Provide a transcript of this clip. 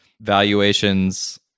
valuations